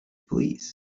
police